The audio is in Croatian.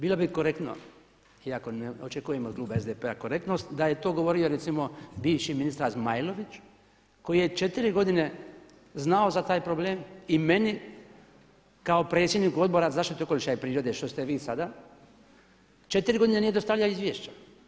Bilo bi korektno iako ne očekujem od kluba SDP-a korektnost, da je to govorimo recimo bivši ministar Zmajlović koji je četiri godine znao za taj problem i meni kao predsjedniku Odbora za zaštitu okoliša i prirode što ste vi sada, četiri godine nije dostavljao izvješća.